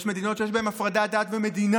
יש מדיניות שיש בהן הפרדת דת ומדינה,